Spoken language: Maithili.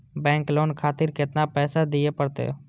बैंक लोन खातीर केतना पैसा दीये परतें?